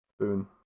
Spoon